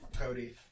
Cody